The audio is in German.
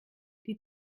die